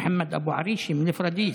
מוחמד אבו ערישה מפוריידיס.